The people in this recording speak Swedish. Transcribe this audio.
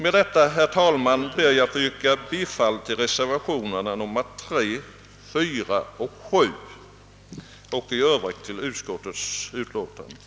Med dessa ord, herr talman, ber jag att få yrka bifall till reservationerna 3, 4 och 7 och i övrigt till utskottets hemställan.